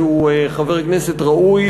שהוא חבר כנסת ראוי,